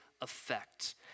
effect